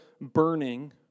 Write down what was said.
burning